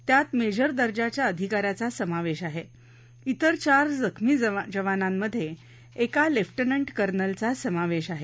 त्यात मेजर दर्जाच्या अधिका याचा समावेश आहे तिर चार जखमी जवानांमधे एका लेफ्टनंट कर्नलचा समावेश आहे